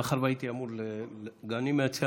מאחר שהייתי אמור להביא מהצד,